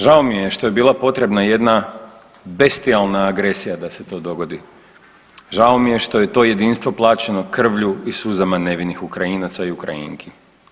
Žao mi je što je bila potrebna jedna bestijalna agresija da se to dogodi žao mi je što je to jedinstvo plaćeno krvlju i suzama nevinih Ukrajinaca i Ukrajinki.